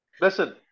Listen